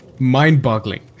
mind-boggling